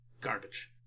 Garbage